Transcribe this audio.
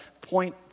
point